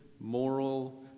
moral